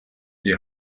die